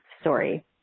story